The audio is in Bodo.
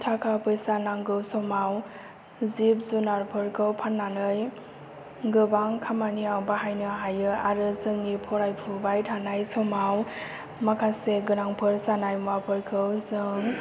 थाखा फैसा नांगौ समाव जिब जुनारफोरखौ फाननानै गोबां खामानियाव बाहायनो हायो आरो जोंनि फरायफुबाय थानाय समाव माखासे गोनांफोर जानाय मुवाफोरखौ जों